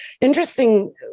interesting